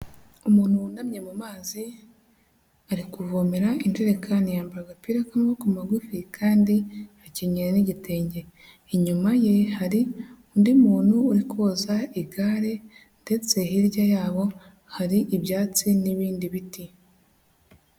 Umuntu wunamye mu mazi, ari kuvomera injerekani, yambaye agapira k'amaboko magufi kandi akenyeye n'igitenge, inyuma ye hari undi muntu uri koza igare ndetse hirya yabo hari ibyatsi n'ibindi biti.